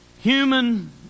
human